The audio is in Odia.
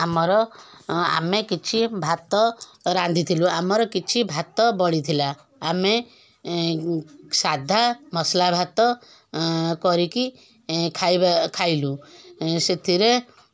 ଆମର ଆମେ କିଛି ଭାତ ରାନ୍ଧିଥିଲୁ ଆମର କିଛି ଭାତ ବଳିଥିଲା ଆମେ ସାଧା ମସଲା ଭାତ କରିକି ଖାଇଲୁ ସେଥିରେ